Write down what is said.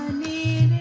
me